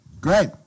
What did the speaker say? Great